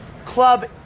club